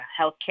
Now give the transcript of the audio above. Healthcare